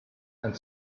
and